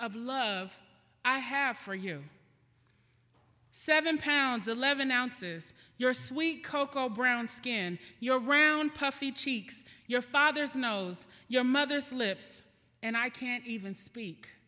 of love i have for you seven pounds eleven ounces your sweet cocoa brown skin your brown puffy cheeks your father's nose your mother's lips and i can't even speak